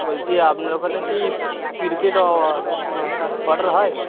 বলছি আপনার ওখানে কি প্রিপেড অর্ডার হয়